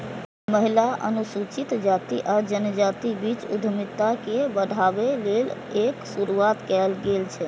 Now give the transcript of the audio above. महिला, अनुसूचित जाति आ जनजातिक बीच उद्यमिता के बढ़ाबै लेल एकर शुरुआत कैल गेल छै